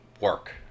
work